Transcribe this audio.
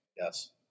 Yes